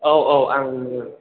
औ औ आंनोमोन